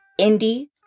indie